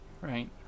right